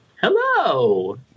Hello